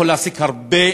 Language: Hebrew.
יכול להעסיק הרבה